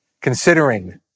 considering